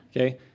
Okay